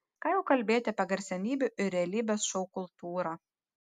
ką jau kalbėti apie garsenybių ir realybės šou kultūrą